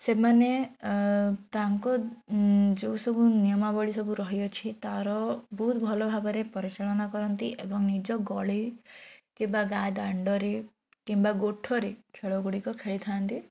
ସେମାନେ ତାଙ୍କ ଯେଉଁ ସବୁ ନିୟମାବଳୀ ସବୁ ରହିଅଛି ତା'ର ବହୁତ ଭଲ ଭାବରେ ପରିଚାଳନା କରନ୍ତି ଏବଂ ନିଜ ଗଳି କିମ୍ୱା ଗାଁ ଦାଣ୍ଡରେ କିମ୍ୱା ଗୋଠରେ ଖେଳଗୁଡ଼ିକ ଖେଳି ଥାଆନ୍ତି